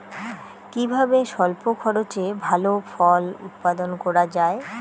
কিভাবে স্বল্প খরচে ভালো ফল উৎপাদন করা যায়?